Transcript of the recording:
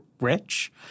rich